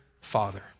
father